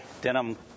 denim